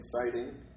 exciting